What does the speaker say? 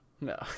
no